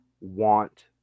want